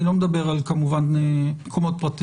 אני כמובן לא מדבר על מקומות פרטיים.